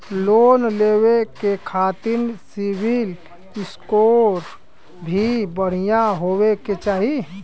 Loan लेवे के खातिन सिविल स्कोर भी बढ़िया होवें के चाही?